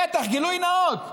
בטח, גילוי נאות.